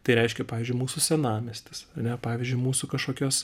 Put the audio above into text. tai reiškia pavyzdžiui mūsų senamiestis ar ne pavyzdžiui mūsų kažkokios